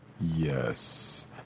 Yes